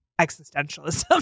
existentialism